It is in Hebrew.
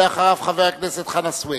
ואחריו, חבר הכנסת חנא סוייד.